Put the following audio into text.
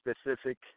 specific